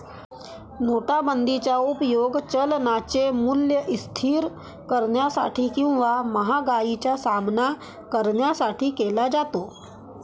नोटाबंदीचा उपयोग चलनाचे मूल्य स्थिर करण्यासाठी किंवा महागाईचा सामना करण्यासाठी केला जातो